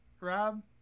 Rob